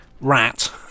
rat